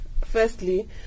Firstly